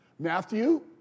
Matthew